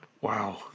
Wow